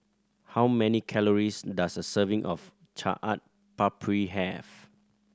how many calories does a serving of Chaat Papri have